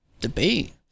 debate